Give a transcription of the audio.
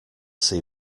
see